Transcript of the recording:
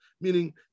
Meaning